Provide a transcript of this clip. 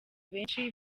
benshi